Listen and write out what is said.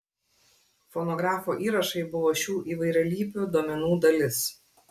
fonografo įrašai buvo šių įvairialypių duomenų dalis